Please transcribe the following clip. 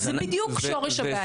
זה בדיוק שורש הבעיה.